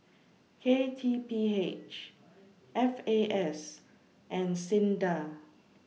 K T P H F A S and SINDA